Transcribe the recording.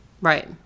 Right